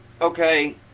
okay